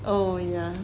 oh yeah